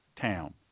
town